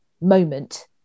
moment